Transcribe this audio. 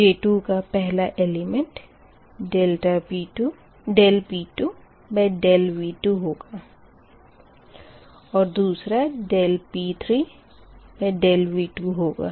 J2 का पहला element dp2dV2 होगा और दूसरा dp3dV2 होगा